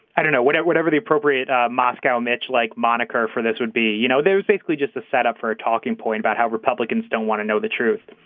i don't know what at whatever the appropriate ah moscow match like moniker for this would be you know there was basically just a setup for a talking point about how republicans don't want to know the truth.